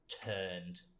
turned